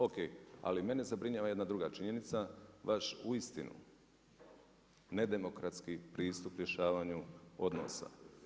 O.k. Ali mene zabrinjava jedna druga činjenica vaš uistinu nedemokratski pristup rješavanju odnosa.